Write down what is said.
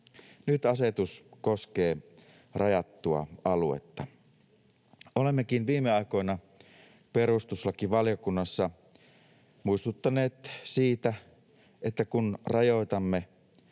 Nyt asetus koskee rajattua aluetta. Olemmekin viime aikoina perustuslakivaliokunnassa muistuttaneet siitä, että kun rajoitamme,